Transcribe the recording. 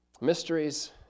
Mysteries